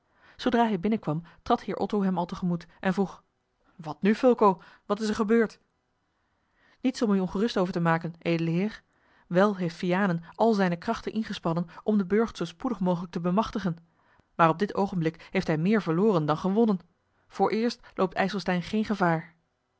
zoodra hij binnenkwam trad heer otto hem al te gemoet en vroeg wat nu fulco wat is er gebeurd niets om u ongerust over te maken edele heer wel heeft vianen al zijne krachten ingespannen om den burcht zoo spoedig mogelijk te bemachtigen maar op dit oogenblik heeft hij meer verloren dan gewonnen vooreerst loopt ijselstein geen gevaar